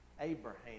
Abraham